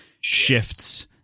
shifts